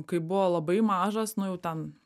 kai buvo labai mažas nu jau ten